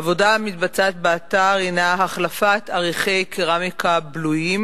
העבודה המתבצעת באתר הינה החלפת אריחי קרמיקה בלויים